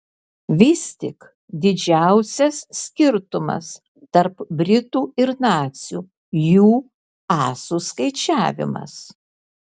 vis tik didžiausias skirtumas tarp britų ir nacių jų asų skaičiavimas